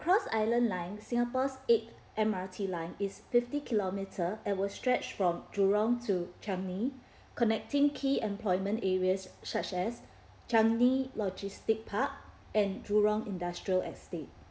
cross island line singapore's eighth M_R_T line is fifty kilometre and will stretch from jurong to changi connecting key employment areas such as changi logistic park and jurong industrial estate